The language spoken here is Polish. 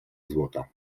złota